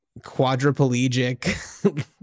quadriplegic